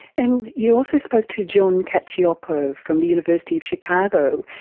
and you also spoke to john cacioppo from the university of chicago,